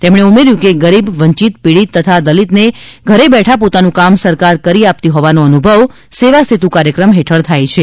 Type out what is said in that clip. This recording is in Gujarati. તેમણે ઊમેર્યુ હતું કે ગરીબ વંચિત પિડિત તથા દલિતને ઘરબેઠા પોતાનું કામ સરકાર કરી આપતી હોવાનો અનુભવ સેવાસેતુ હેઠળ થાય છે